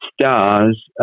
stars